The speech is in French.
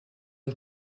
une